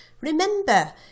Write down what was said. Remember